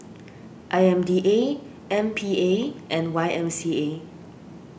I M D A M P A and Y M C A